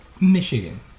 Michigan